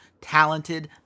talented